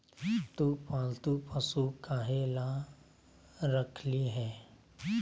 तु पालतू पशु काहे ला रखिली हें